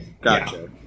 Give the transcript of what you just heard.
gotcha